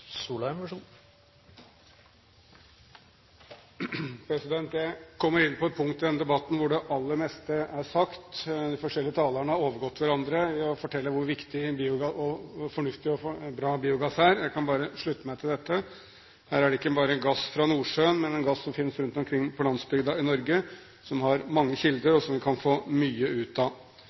Jeg kommer inn på et punkt i denne debatten hvor det aller meste er sagt. De forskjellige talerne har overgått hverandre i å fortelle hvor viktig, fornuftig og bra biogass er, og jeg kan bare slutte meg til dette. Her er det ikke bare gass fra Nordsjøen, men en gass som finnes rundt omkring på landsbygda i Norge, som har mange kilder, og som vi kan få mye ut av.